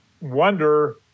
wonder